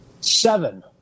seven